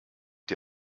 dir